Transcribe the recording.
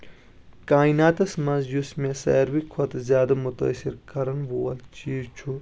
کایناتس منٛز یُس مےٚ سارِوٕے کھۄتہٕ زیادٕ مُتأثِر کرن وول چیٖز چھُ